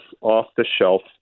off-the-shelf